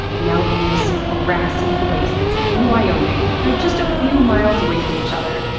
mountainous, grassy places in wyoming. they're just a few miles away from each other,